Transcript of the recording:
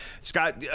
Scott